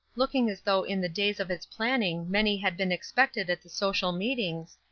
looking as though in the days of its planning many had been expected at the social meetings,